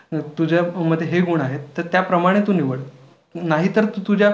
तुझ्यामध्ये हे गुण आहेत तर त्या प्रमाणे तू निवड नाही तर तू तुझ्या